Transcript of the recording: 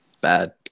Bad